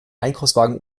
einkaufswagen